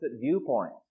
viewpoints